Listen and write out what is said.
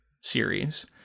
series